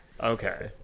okay